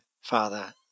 father